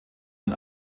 ein